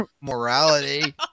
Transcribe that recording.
Morality